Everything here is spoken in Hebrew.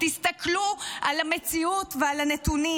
תסתכלו על המציאות ועל הנתונים.